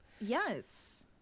Yes